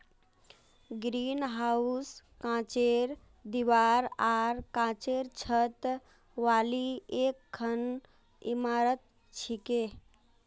greenhouse कांचेर दीवार आर कांचेर छत वाली एकखन इमारत छिके